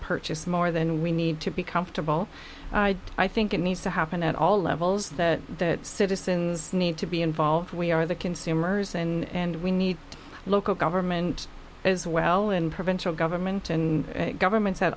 purchased more than we need to be comfortable i think it needs to happen at all levels that citizens need to be involved we are the consumers and we need local government as well and provincial government and governments at